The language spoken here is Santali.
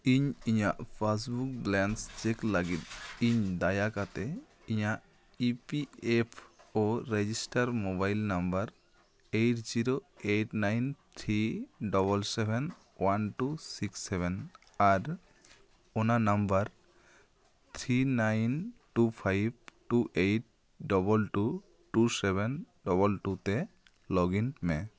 ᱤᱧ ᱤᱧᱟᱜ ᱯᱟᱥᱵᱩᱠ ᱵᱮᱞᱮᱱᱥ ᱪᱮᱠ ᱞᱟᱹᱜᱤᱫ ᱤᱧ ᱫᱟᱭᱟ ᱠᱟᱛᱮᱫ ᱤᱧᱟᱜ E P F O register mobile number eight zero eight nine three double seven one two six seven ᱟᱨ ᱚᱱᱟ number three nine two five two eight ᱰᱚᱞᱚᱵ two two seven double two ᱛᱮ ᱞᱚᱜᱽᱼᱤᱱ ᱢᱮ